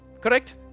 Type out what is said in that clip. Correct